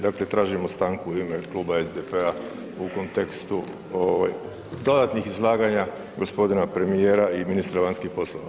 Dakle tražim stanku u ime kluba SDP-a u kontekstu dodatnih izlaganja gospodina premijera i ministra vanjskih poslova.